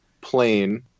plane